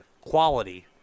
quality